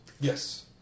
Yes